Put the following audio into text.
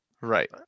right